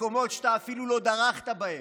במקומות שאתה אפילו לא דרכת בהם,